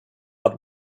but